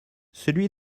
celui